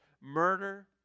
murder